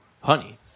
Honey